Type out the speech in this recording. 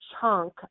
chunk